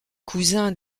cousin